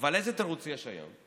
אבל איזה תירוץ יש היום?